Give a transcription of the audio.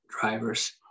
drivers